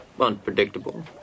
unpredictable